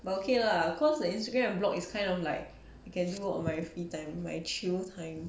but okay lah cause the instagram and blog is kind of like I can do on my free time my chill time